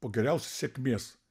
po geriausios sėkmės